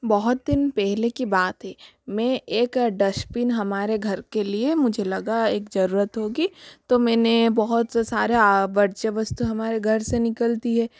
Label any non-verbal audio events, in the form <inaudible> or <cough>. बहुत दिन पहले की बात है मैं एक डस्बिन हमारे घर के लिये मुझे लगा एक जरूरत होगी तो मैंने बहुत सारा <unintelligible> वस्तु हमारे घर से निकलती है